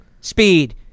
speed